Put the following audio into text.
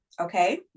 okay